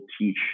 teach